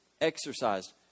exercised